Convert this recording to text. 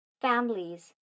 families